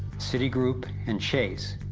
city group and chase,